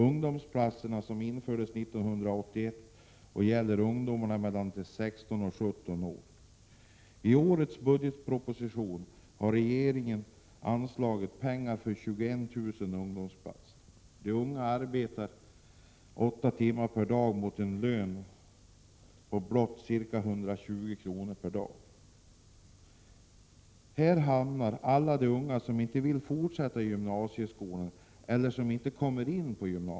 Ungdomsplatserna infördes 1981 och gäller ungdomar mellan 16 och 17 år. I årets budgetproposition har regeringen anslagit pengar för 21 000 ungdomsplatser. De unga arbetar åtta timmar per dag mot en lön på blott ca 120 kr. per dag. Här hamnar alla de unga människor som inte vill fortsätta i gymnasieskolan eller som inte kommit in i den.